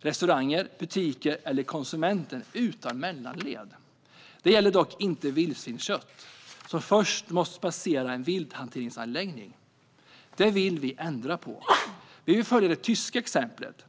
restauranger, butiker eller konsumenter - utan mellanled. Det gäller dock inte vildsvinskött som först måste passera en vilthanteringsanläggning. Det vill vi ändra på. Vi vill följa det tyska exemplet.